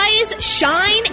shine